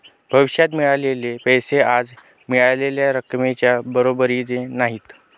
भविष्यात मिळालेले पैसे आज मिळालेल्या रकमेच्या बरोबरीचे नाहीत